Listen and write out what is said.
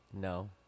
No